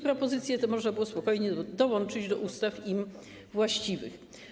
Propozycje te można było spokojnie dołączyć do ustaw im właściwych.